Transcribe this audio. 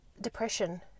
depression